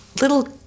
little